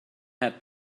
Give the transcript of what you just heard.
had